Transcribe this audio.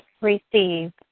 receive